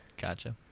Gotcha